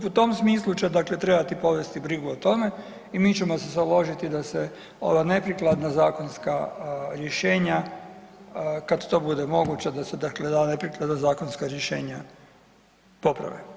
U tom smislu će dakle trebati povesti brigu o tome i mi ćemo se založiti da se ova neprikladna zakonska rješenja kad to bude moguće da se dakle ta neprikladna zakonska rješenja poprave.